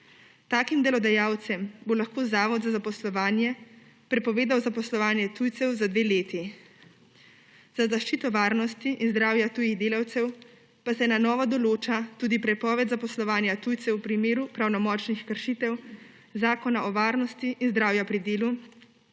Takim delodajalcem bo lahko Zavod za zaposlovanje prepovedal zaposlovanje tujcev za dve leti. Za zaščito varnosti in zdravja tujih delavcev pa se na novo določa tudi prepoved zaposlovanja tujcev v primeru pravnomočnih kršitev Zakona o varnosti in zdravju pri delu,